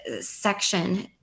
section